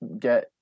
get